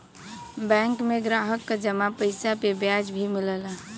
bank में ग्राहक क जमा पइसा पे ब्याज भी मिलला